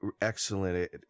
excellent